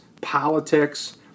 politics